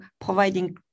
providing